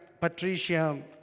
Patricia